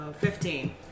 fifteen